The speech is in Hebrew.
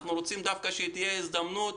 אנחנו רוצים שתהיה הזדמנות.